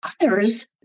Others